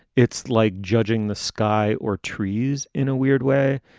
it's like judging the sky or trees in a weird way.